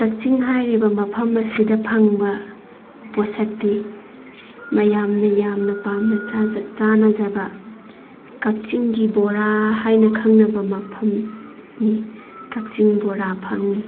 ꯀꯛꯆꯤꯡ ꯍꯥꯏꯔꯤꯕ ꯃꯐꯝ ꯑꯁꯤꯗ ꯐꯪꯕ ꯄꯣꯠꯁꯛꯇꯤ ꯃꯌꯥꯝꯅ ꯌꯥꯝꯅ ꯄꯥꯝꯅ ꯆꯥꯟꯅꯖꯕ ꯀꯛꯆꯤꯡꯒꯤ ꯕꯣꯔꯥ ꯍꯥꯏꯅ ꯈꯪꯅꯕ ꯃꯐꯝꯅꯤ ꯀꯛꯆꯤꯡ ꯕꯣꯔꯥ ꯐꯪꯉꯤ